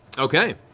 okay.